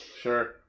Sure